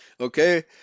okay